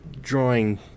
drawing